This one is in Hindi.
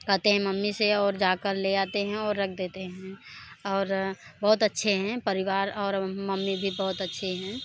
कहते हैं मम्मी से और जा कर ले आते हैं और रख देते हैं और बहुत अच्छे हैं परिवार और मम्मी भी बहुत अच्छी हैं